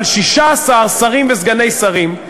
אבל 16 שרים וסגני שרים,